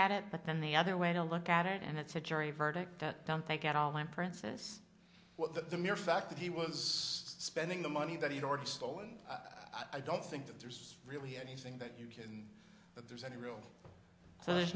at it but then the other way to look at it and it's a jury verdict that don't take out all my princess what that the mere fact that he was spending the money that he'd already stolen i don't think that there's really anything that you can that there's any real so there's